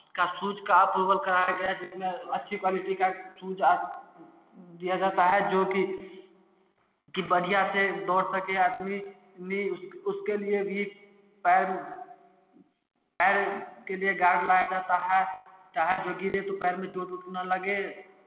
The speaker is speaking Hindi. का शूज का अप्रूवल कराया गया जिसमें अच्छी क्वालिटी का शूज दिया जाता है जो कि कि बढ़िया से दौड़ सके आदमी ने उसके लिए भी पैर पैर के लिए गार्ड लाया जाता है क्या है कि जो गिरे तो पैर में चोट वोट ना लगे